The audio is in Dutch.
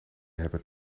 hebben